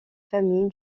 famille